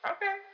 Okay